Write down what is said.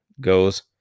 goes